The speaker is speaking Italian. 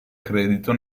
credito